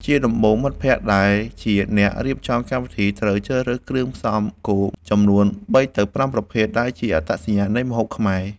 ជាដំបូង មិត្តភក្តិដែលជាអ្នករៀបចំកម្មវិធីត្រូវជ្រើសរើសគ្រឿងផ្សំគោលចំនួន ៣ ទៅ ៥ ប្រភេទដែលជាអត្តសញ្ញាណនៃម្ហូបខ្មែរ។